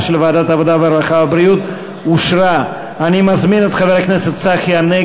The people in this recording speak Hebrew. הרווחה והבריאות בדבר פיצול הצעת חוק להשתתפותם של העובדים,